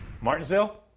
Martinsville